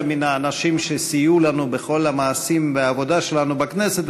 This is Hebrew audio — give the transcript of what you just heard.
מן האנשים שסייעו לנו בכל המעשים והעבודה שלנו בכנסת,